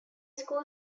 school